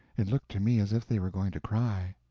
it looked to me as if they were going to cry.